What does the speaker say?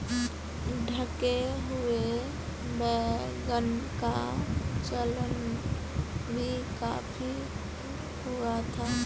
ढके हुए वैगन का चलन भी काफी हुआ था